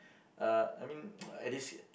uh I mean at this